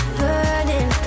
burning